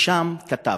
וכתב: